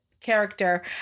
character